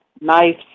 nice